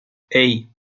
hey